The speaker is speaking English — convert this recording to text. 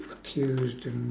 accused and